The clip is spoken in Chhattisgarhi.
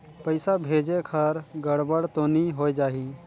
पइसा भेजेक हर गड़बड़ तो नि होए जाही?